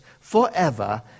forever